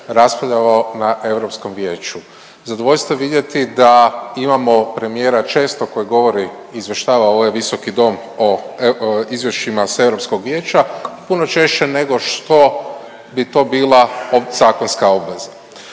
raspravljalo na Europskom Vijeću. Zadovoljstvo je vidjeti da imamo premijera često koji govori, izvještava ovaj visoki dom o izvješćima s Europskog Vijeća, puno češće nego što bi to bila zakonska obveza